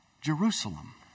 Jerusalem